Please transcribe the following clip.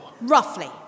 Roughly